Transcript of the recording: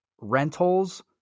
rentals